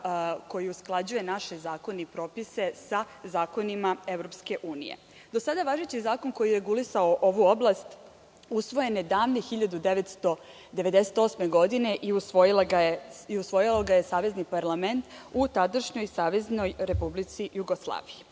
koji usklađuje naše zakone i propise sa zakonima EU. Do sada važeći zakon, koji je regulisao ovu oblast, usvojen je davne 1998. godine i usvojio ga je savezni parlament u tadašnjoj SRJ. Jedan od osnovnih